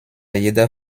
jeder